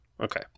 Okay